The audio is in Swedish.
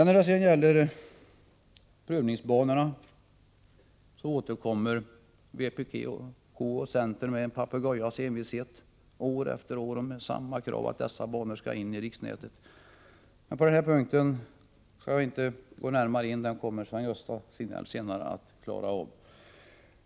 När det sedan gäller prövningsbanorna återkommer vpk och centern med en papegojas envishet år efter år med samma krav på att dessa banor skall in i riksnätet. Jag skall emellertid inte närmare gå in på den punkten. Den kommer Sven-Gösta Signell senare att klara av.